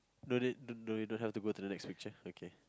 no need no no you don't have to go to the next picture okay